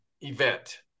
event